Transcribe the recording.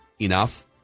Enough